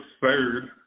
third